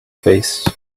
face